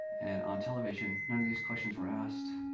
and on television, none of these questions were asked.